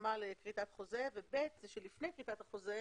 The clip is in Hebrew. בהסכמה לכריתת חוזה וב-(ב) לפני כריתת החוזה